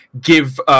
give